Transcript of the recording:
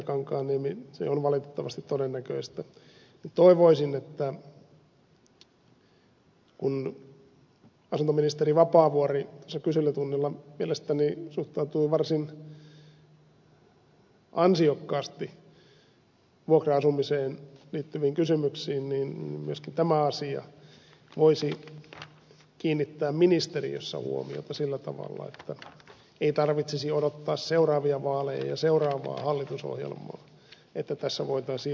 kankaanniemi se on valitettavasti todennäköistä niin toivoisin että kun asuntoministeri vapaavuori tuossa kyselytunnilla mielestäni suhtautui varsin ansiokkaasti vuokra asumiseen liittyviin kysymyksiin niin myöskin tämä asia voisi kiinnittää ministeriössä huomiota sillä tavalla että ei tarvitsisi odottaa seuraavia vaaleja ja seuraavaa hallitusohjelmaa että tässä voitaisiin edetä